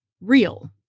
real